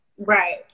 Right